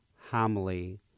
homily